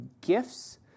gifts